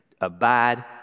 Abide